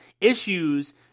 issues